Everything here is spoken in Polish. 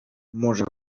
może